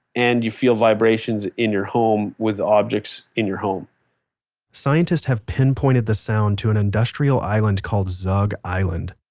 and you feel vibrations in your home with objects in your home scientists have pinpointed the sound to an industrial island called zug island.